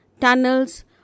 tunnels